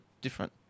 different